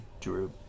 Drew